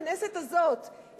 בכנסת הזאת,